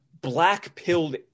black-pilled